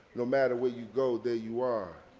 no matter where you go, there you are.